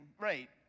Right